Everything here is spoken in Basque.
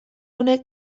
honek